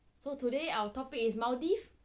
so today our topic is maldives